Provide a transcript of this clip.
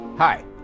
Hi